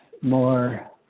more